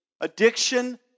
Addiction